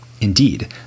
Indeed